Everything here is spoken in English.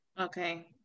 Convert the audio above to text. Okay